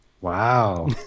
Wow